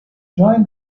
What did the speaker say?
join